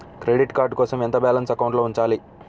Credit card కోసం ఎంత balance అకౌంట్లో ఉంచాలి?